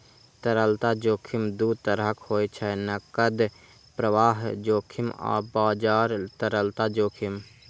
तरलता जोखिम दू तरहक होइ छै, नकद प्रवाह जोखिम आ बाजार तरलता जोखिम